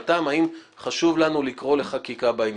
עמדת חברייך האם חשוב לנו לקרוא לחקיקה בעניין?